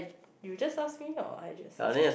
you just asked me now I just <UNK